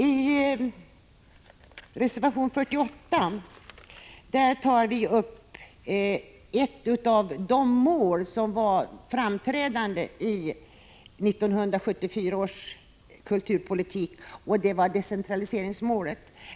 I reservation 48 tar vi upp ett av de mål som var framträdande i 1974 års kulturpolitiska beslut, nämligen decentraliseringsmålet.